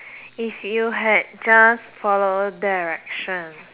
if you had just follow directions